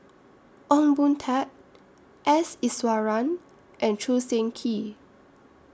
Ong Boon Tat S Iswaran and Choo Seng Quee